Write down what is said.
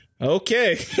okay